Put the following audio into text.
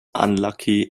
unlucky